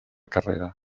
carrera